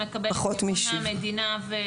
שמקבלת מימון מהמדינה?